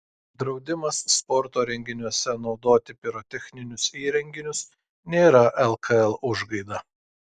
draudimas sporto renginiuose naudoti pirotechninius įrenginius nėra lkl užgaida